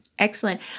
Excellent